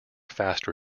faster